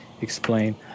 explain